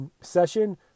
session